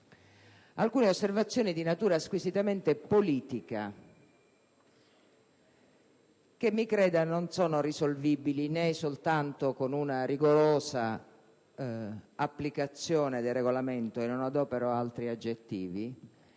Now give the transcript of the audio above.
alcune osservazioni di natura squisitamente politica che, mi creda, non sono risolvibili né soltanto con una rigorosa applicazione del Regolamento (e non adopero altri aggettivi)